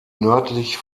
nördlich